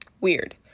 weird